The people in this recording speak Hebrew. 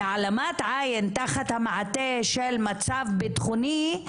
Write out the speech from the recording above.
והעלמת עין תחת המעטה של מצב ביטחוני,